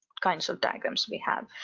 kinds of diagrams we have.